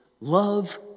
love